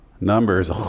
Numbers